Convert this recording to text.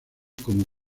como